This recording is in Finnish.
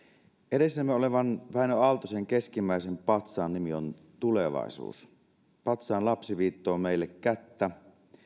edessämme olevan wäinö aaltosen keskimmäisen patsaan nimi on tulevaisuus patsaan lapsi viittoo meille kättä